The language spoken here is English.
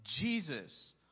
Jesus